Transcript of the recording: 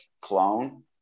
clone